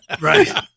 right